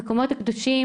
המקומות הקדושים,